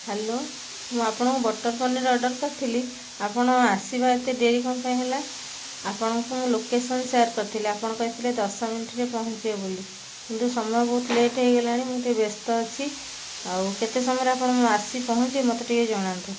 hello ମୁଁ ଆପଣଙ୍କୁ butter paneer order କରିଥିଲି ଆପଣ ଆସିବା ଏତେ ଡେରି କ'ଣ ପାଇଁ ହେଲା ଆପଣଙ୍କୁ ମୁଁ ଲୋକେସନ ସେୟାର କରିଥିଲି ଆପଣ କହିଥିଲେ ଦଶ ମିନିଟ୍ ରେ ପହଞ୍ଚିବେ ବୋଲି କିନ୍ତୁ ସମୟ ବହୁତ ଲେଟ୍ ହେଇଗଲାଣି ମୁଁ ଟିକିଏ ବ୍ୟସ୍ତ ଅଛି ଆଉ କେତେ ସମୟରେ ଆପଣ ଆସି ପହଞ୍ଚିବେ ମୋତେ ଟିକିଏ ଜଣାନ୍ତୁ